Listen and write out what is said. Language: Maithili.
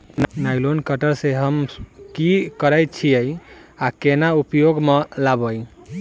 नाइलोन कटर सँ हम की करै छीयै आ केना उपयोग म लाबबै?